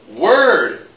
word